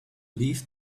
leave